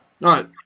right